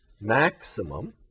maximum